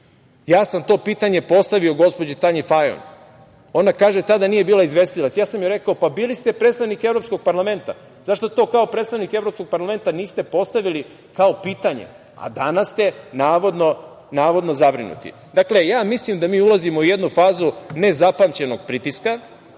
sam to pitanje postavio gospođi Tanji Fajon. Ona kaže, tada nije bila izvestilac, a ja sam joj rekao – bili ste predstavnik Evropskog parlamenta i zašto to kao predstavnik Evropskog parlamenta niste postavili kao pitanje, a danas ste navodno zabrinuti. Dakle, ja mislim da mi ulazimo još u jednu fazu nezapamćenog pritiska